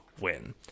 win